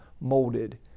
molded